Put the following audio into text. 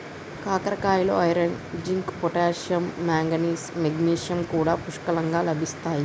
కాకరకాయలో iron, zinc, potassium, manganese, magnesium కూడా పుష్కలంగా లభిస్తాయి